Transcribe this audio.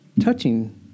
touching